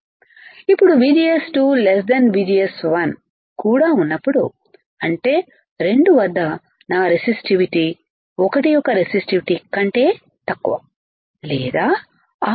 ఇప్పుడు VGS2 VGS1 కూడా ఉన్నప్పుడు అంటే 2 వద్ద నా రెసిస్టివిటీ 1 యొక్క రెసిస్టివిటీ కంటే తక్కువ లేదా R2 R1